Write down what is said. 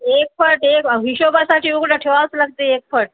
एक फट एक हिशोबासाठी उघडं ठेवावच लागतं एक फट